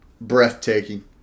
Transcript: breathtaking